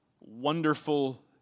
wonderful